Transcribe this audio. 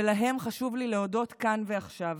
ולהם חשוב לי להודות כאן ועכשיו.